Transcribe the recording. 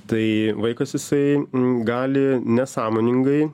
tai vaikas jisai gali nesąmoningai